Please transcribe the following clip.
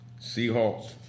Seahawks